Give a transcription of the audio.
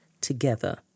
together